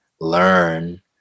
learn